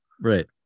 Right